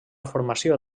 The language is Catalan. formació